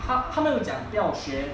它它没有讲不要学